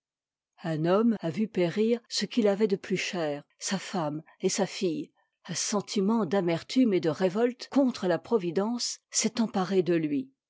un homme a vu périr ce qu'it avait de plus cher sa femme et sa fille un sentiment d'amertume et de révolte contre la providence s'est emparé de lui